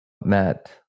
matt